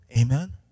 Amen